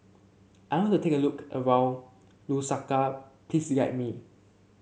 I want to take a look around Lusaka please guide me